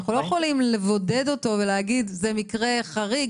אנחנו לא יכולים לבודד אותו ולהגיד שזה מקרה חריג,